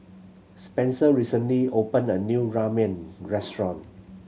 Spencer recently opened a new Ramen Restaurant